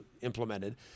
implemented